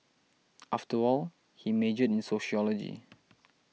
after all he majored in sociology